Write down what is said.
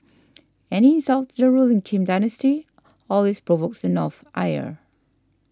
any insult to the ruling Kim dynasty always provokes the North's ire